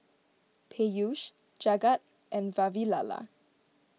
Peyush Jagat and Vavilala